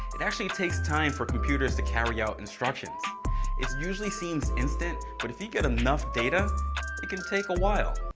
it actually takes time for computers to carry out instructions. it usually seems instant, but if you get enough data it can take a while.